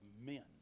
men